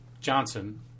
Johnson